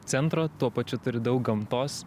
centro tuo pačiu turi daug gamtos